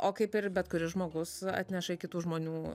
o kaip ir bet kuris žmogus atneša kitų žmonių